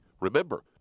Remember